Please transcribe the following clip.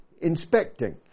inspecting